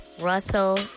Russell